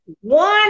one